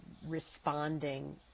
responding